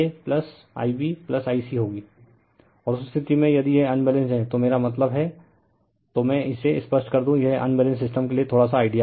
Glossary English Word Word Meaning Reason reason कारण Suppose suppose मान लीजिये Same सेम समान Length लेन्थ लम्बाई Determine डीटरमाइन निर्धारण करना Sufficient सफीसिएंट पर्याप्त Little bit लिटिल बिट थोडा सा